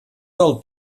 del